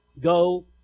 Go